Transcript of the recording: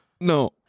no